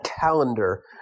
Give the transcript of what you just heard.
calendar